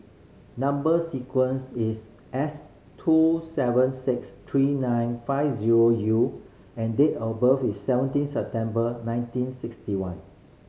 number sequence is S two seven six three nine five zero U and date of birth is seventeen September nineteen sixty one